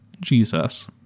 Jesus